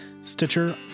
Stitcher